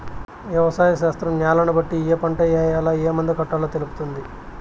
వ్యవసాయ శాస్త్రం న్యాలను బట్టి ఏ పంట ఏయాల, ఏం మందు కొట్టాలో తెలుపుతుంది